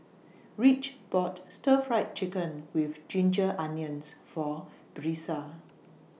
Ridge bought Stir Fried Chicken with Ginger Onions For Brisa